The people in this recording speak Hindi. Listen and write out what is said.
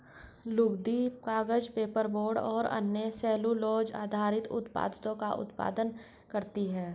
लुगदी, कागज, पेपरबोर्ड और अन्य सेलूलोज़ आधारित उत्पादों का उत्पादन करती हैं